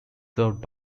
served